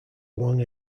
along